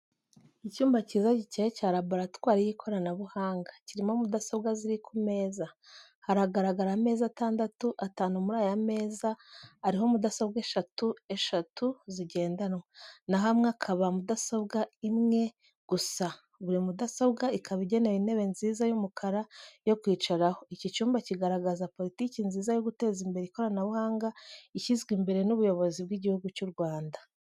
Icyumba cyiza, gikeye cya laboratwari y'ikoranabuhanga. Kirimo mudasobwa ziri ku meza. Haragaragara ameza atandatu. Atanu muri aya meza ariho mudasobwa eshatu eshatu zigendanwa, naho amwe akabaho mudasobwa imwe gusa. Buri mudasobwa ikaba igenewe intebe nziza y'umukara yo kwicaraho. Iki cyumba kiragaragaza politiki nziza yo guteza imbere ikoranabuhanga ishyizwe imbere n'ubuyobozi bw'igihugu cy'u Rwanda.